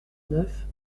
neuf